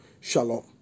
Shalom